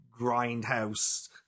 grindhouse